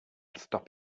stop